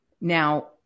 Now